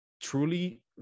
truly